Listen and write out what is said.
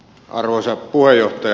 arvoisa puheenjohtaja